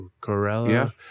Corella